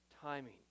timing